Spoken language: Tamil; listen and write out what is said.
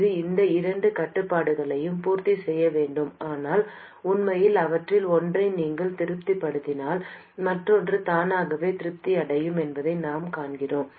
இது இந்த இரண்டு கட்டுப்பாடுகளையும் பூர்த்தி செய்ய வேண்டும் ஆனால் உண்மையில் அவற்றில் ஒன்றை நீங்கள் திருப்திப்படுத்தினால் மற்றொன்று தானாகவே திருப்தி அடையும் என்பதை நாங்கள் காண்கிறோம்